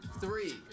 Three